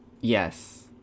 Yes